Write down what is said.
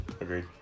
Agreed